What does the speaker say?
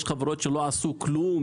יש חברות שלא עשו כלום?